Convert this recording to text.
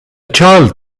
child